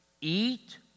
eat